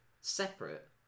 separate